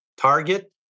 Target